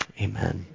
Amen